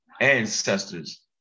ancestors